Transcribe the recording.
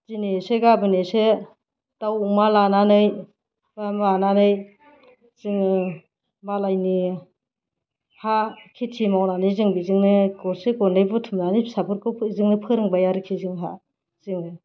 दिनै एसे गाबोन एसे दाउ अमा लानानै एबा मानानै जोङो मालायनि हा खेति मावनानै जों बेजोंनो गरसे गरनै बुथुमनानै फिसाफोरखौ जोङो फोरोंबाय आरोखि जोंहा